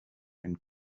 and